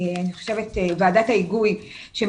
ועדת ההיגוי של